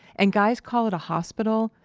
and guys call it a hospital,